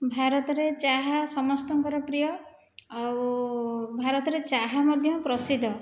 ଭାରତରେ ଚାହା ସମସ୍ତଙ୍କର ପ୍ରିୟ ଆଉ ଭାରତରେ ଚାହା ମଧ୍ୟ ପ୍ରସିଦ୍ଧ